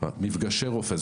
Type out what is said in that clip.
מפגשי רופא-חייל.